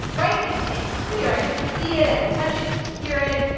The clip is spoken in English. right? it's it's clear. i can see it. i can touch it. you can hear it.